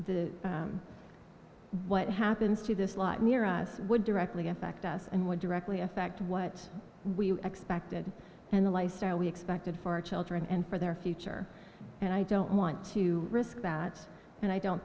what happens to this lot near us would directly affect us and would directly affect what we expected and the lifestyle we expected for our children and for their future and i don't want to risk bats and i don't